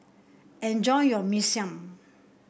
enjoy your Mee Siam